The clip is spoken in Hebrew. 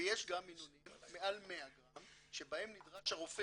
ויש גם מינונים מעל 100 גרם שבהם נדרש הרופא